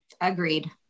Agreed